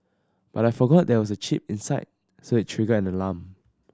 but I forgot there was a chip inside so it triggered an alarm